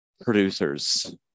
producers